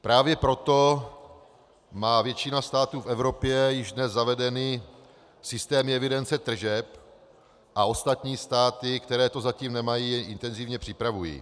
Právě proto má většina států v Evropě již dnes zavedeny systémy evidence tržeb a ostatní státy, které to zatím nemají, je intenzivně připravují.